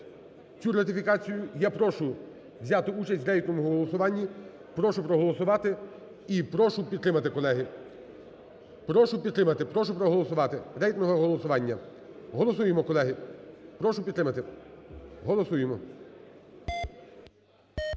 цю ратифікацію. Я прошу взяти участь в рейтинговому голосуванні. Прошу проголосувати і прошу підтримати, колеги. Прошу підтримати, прошу проголосувати, рейтингове голосування. Голосуємо, колеги. Прошу підтримати, голосуємо.